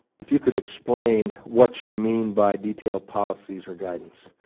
if you could explain what you mean by detailed policies or guidance.